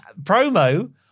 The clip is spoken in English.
promo